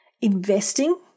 Investing